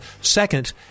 second